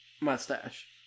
mustache